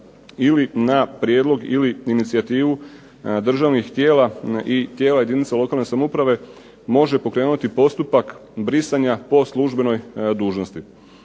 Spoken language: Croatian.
ili na prijedlog ili inicijativu državnih tijela i tijela jedinica lokalne samouprave može pokrenuti postupak brisanja po službenoj dužnosti.